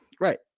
Right